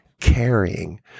carrying